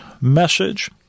message